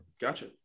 Gotcha